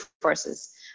forces